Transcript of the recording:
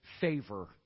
favor